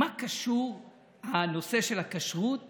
מה קשור הנושא של הכשרות